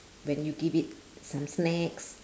when you give it some snacks